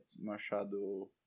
Machado